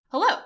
Hello